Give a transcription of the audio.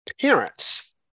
parents